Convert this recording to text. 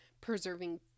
preserving